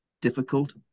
difficult